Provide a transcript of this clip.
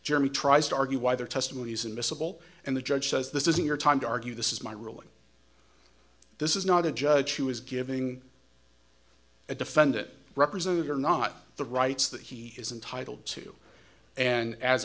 germy tries to argue why their testimonies unmissable and the judge says this isn't your time to argue this is my ruling this is not a judge who is giving a defendant represented or not the rights that he is entitle to and as